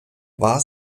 war